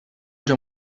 già